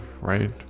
right